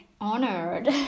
Honored